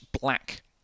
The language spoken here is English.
black